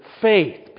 faith